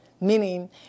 meaning